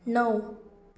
णव